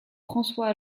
françois